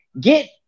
get